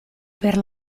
per